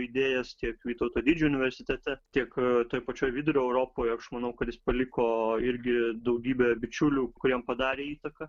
idėjas tiek vytauto didžiojo universitete tiek toj pačioj vidurio europoje aš manau kad jis paliko irgi daugybę bičiulių kuriem padarė įtaką